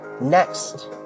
Next